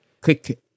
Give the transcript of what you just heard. click